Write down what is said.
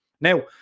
Now